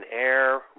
air